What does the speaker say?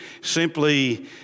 simply